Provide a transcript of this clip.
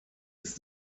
ist